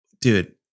Dude